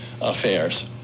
affairs